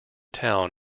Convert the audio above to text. town